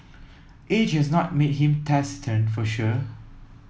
age has not made him taciturn for sure